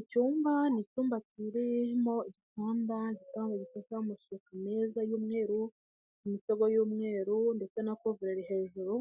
Icyumba ni icyumba kirimo igitanda gishasheho amasuka meza y'umweru, imisego y'umweru ndetse na kuvurore hejuru,